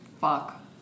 Fuck